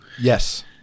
Yes